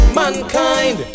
mankind